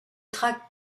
traque